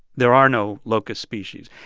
there are no locust species.